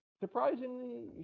surprisingly